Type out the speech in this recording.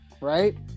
right